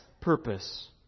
purpose